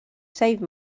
save